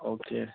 okay